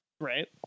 Right